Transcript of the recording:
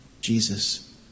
Jesus